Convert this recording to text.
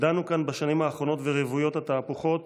ידענו כאן בשנים האחרונות ורוויות התהפוכות